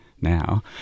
now